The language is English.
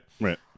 Right